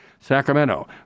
Sacramento